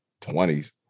20s